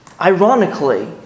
Ironically